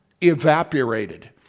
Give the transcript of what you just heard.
evaporated